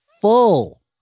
full